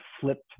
flipped